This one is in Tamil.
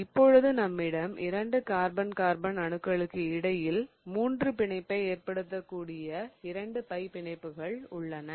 ஆனால் இப்பொழுது நம்மிடம் இரண்டு கார்பன் கார்பன் அணுக்களுக்கு இடையில் மூன்று பிணைப்பை ஏற்படுத்தக்கூடிய இரண்டு பை பிணைப்புகள் உள்ளன